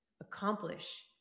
accomplish